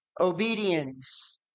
obedience